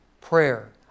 prayer